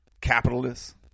capitalists